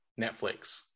Netflix